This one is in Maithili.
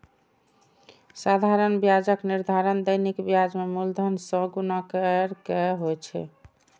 साधारण ब्याजक निर्धारण दैनिक ब्याज कें मूलधन सं गुणा कैर के होइ छै